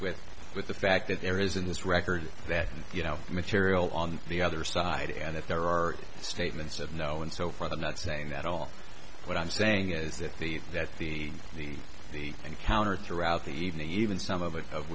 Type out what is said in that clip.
with with the fact that there is in this record that you know the material on the other side and if there are statements of no and so for the not saying that all what i'm saying is that the that the the the encounter throughout the evening even some of it of